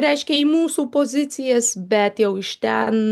reiškia į mūsų pozicijas bet jau iš ten